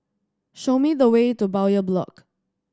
show me the way to Bowyer Block